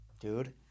dude